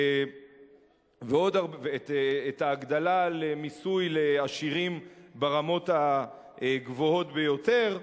ואת ההגדלה על מיסוי לעשירים ברמות הגבוהות ביותר,